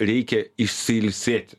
reikia išsiilsėti